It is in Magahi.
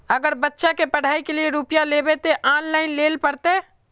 अगर बच्चा के पढ़ाई के लिये रुपया लेबे ते ऑनलाइन लेल पड़ते?